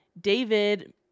David